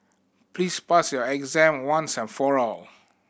please pass your exam once and for all